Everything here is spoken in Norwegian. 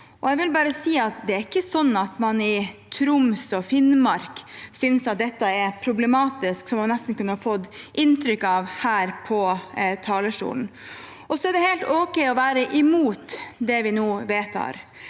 at det ikke er sånn at man i Troms og Finnmark synes at dette er problematisk, sånn man nesten kunne få inntrykk av her på talerstolen. Det er helt ok å være imot det vi nå vedtar,